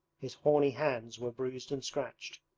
his horny hands were bruised and scratched.